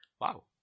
Wow